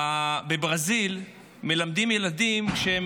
בברזיל מלמדים ילדים, וכבר כשהם